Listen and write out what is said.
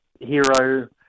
hero